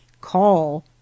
call